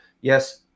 yes